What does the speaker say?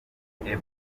bagiye